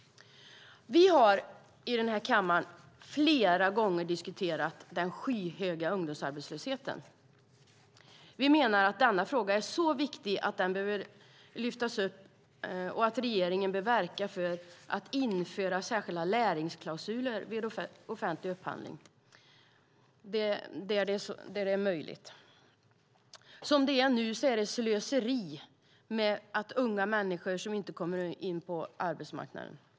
Vi har i den här kammaren flera gånger diskuterat den skyhöga ungdomsarbetslösheten. Vi menar att denna fråga är så viktig att den behöver lyftas upp och att regeringen bör verka för att införa särskilda lärlingsklausuler vid offentlig upphandling där det är möjligt. Som det är nu är det slöseri att unga människor inte kommer in på arbetsmarknaden.